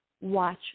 watch